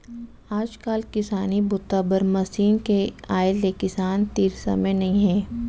आजकाल किसानी बूता बर मसीन के आए ले किसान तीर समे नइ हे